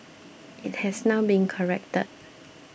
it has now been corrected